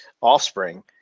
offspring